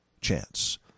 chance